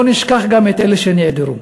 לא נשכח את אלה שנעדרו.